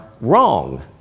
wrong